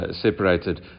separated